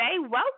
Welcome